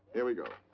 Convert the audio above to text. here we go.